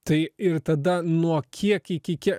tai ir tada nuo kiek iki kie